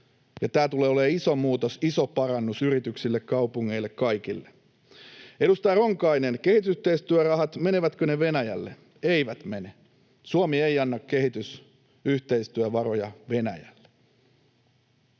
tämä tulee olemaan iso muutos, iso parannus yrityksille, kaupungeille, kaikille. Edustaja Ronkainen, kehitysyhteistyörahat, menevätkö ne Venäjälle: Eivät mene. Suomi ei anna kehitysyhteistyövaroja Venäjälle.